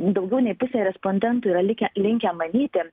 daugiau nei pusė respondentų yra likę linkę manyti